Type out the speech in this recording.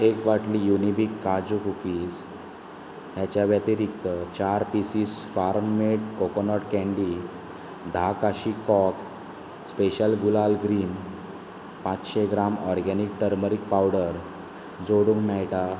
एक बाटली युनिबीक काजू कुकीज हेच्या व्यतिरिक्त चार pieces farm made coconut candy धा काशी कॉक स्पेशल गुलाल ग्रीन पांचशे ग्राम ऑर्गेनीक टर्मरीक पावडर जोडूंक मेळटा